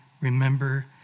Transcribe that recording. remember